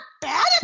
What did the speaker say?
bad